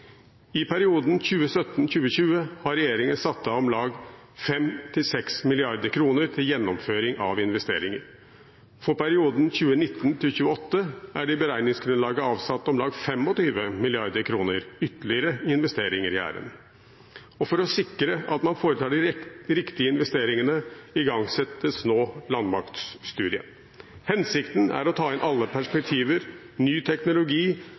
I perioden 2017–2020 har regjeringen satt av om lag 5–6 mrd. kr til gjennomføring av investeringer. For perioden 2019–2028 er det i beregningsgrunnlaget satt av om lag 25 mrd. kr til ytterligere investeringer i Hæren. For å sikre at man foretar de riktige investeringene, igangsettes nå landmaktstudien. Hensikten er å ta inn alle perspektiver; ny teknologi